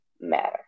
matter